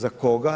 Za koga?